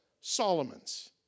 Solomon's